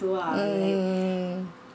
mm